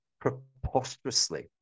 preposterously